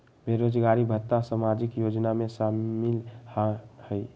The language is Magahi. बेरोजगारी भत्ता सामाजिक योजना में शामिल ह ई?